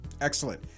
Excellent